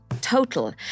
total